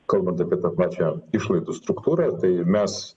kalbant apie tą pačią išlaidų struktūrą tai mes